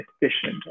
efficient